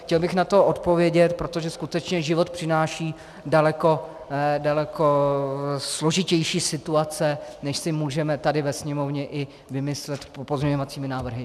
Chtěl bych na to odpovědět, protože skutečně život přináší daleko složitější situace, než si můžeme tady ve Sněmovně i vymyslet pozměňovacími návrhy.